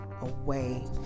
away